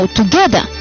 together